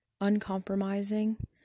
uncompromising